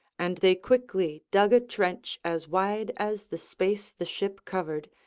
and they quickly dug a trench as wide as the space the ship covered,